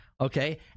okay